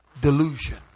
Delusion